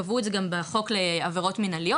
קבעו את זה גם בחוק לעבירות מנהליות,